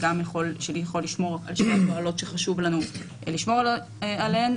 שיכול לשמור על שתי התועלות שחשוב לנו לשמור עליהן.